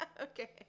Okay